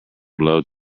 blow